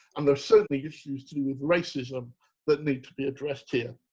and there certainly issues to deal with racism that need to be addressed here,